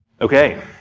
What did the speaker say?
Okay